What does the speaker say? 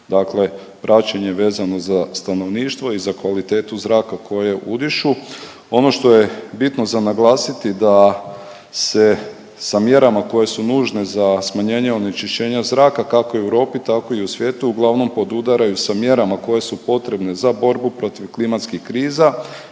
dakle praćenje vezano za stanovništvo i za kvalitetu zraka koje udišu. Ono što je bitno za naglasiti da se sa mjerama koje su nužne za smanjenje onečišćenja zraka, kako u Europi, tako i u svijetu, uglavnom podudaraju sa mjerama koje su potrebne za borbu protiv klimatskih kriza